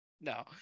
no